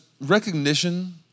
recognition